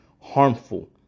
harmful